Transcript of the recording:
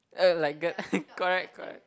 oh my god correct correct